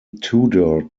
tudor